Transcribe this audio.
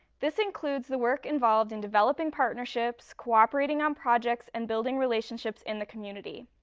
this includes the work involved in developing partnerships, cooperating on projects, and building relationships in the community.